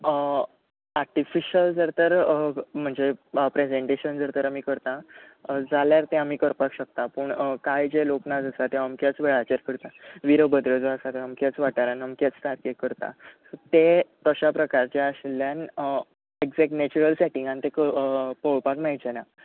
artificial जर तर म्हणजे प्रॅजँटेशन जर तर आमी करता जाल्यार तें आमी करपाक शकता पूण कांय जे लोकनाच आसा ते अमक्याच वेळाचेर करतात वीरभद्र जो आसा तो अमक्याच वाठारान अमक्याच तारकेक करता ते तशा प्रकारचे आसल्यान एग्जॅक नॅचरल सॅटिंगान ते क पळोवपाक मेळचें ना